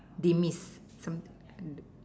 demise something